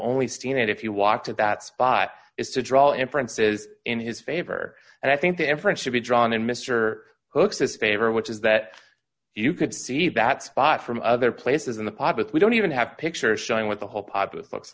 only seen it if you walked at that spot is to draw inferences in his favor and i think the inference should be drawn in mr hookes as a favor which is that you could see that spot from other places in the pocket we don't even have pictures showing what the whole populace looks